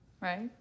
Right